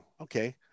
okay